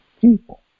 people